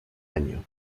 año